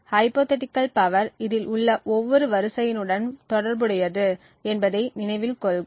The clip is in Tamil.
ஹைப்போதீட்டிகள் பவர் இதில் உள்ள ஒவ்வொரு வரிசையுடனும் தொடர்புடையது என்பதை நினைவில் கொள்க